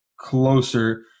closer